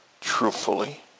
truthfully